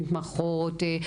מתמחות,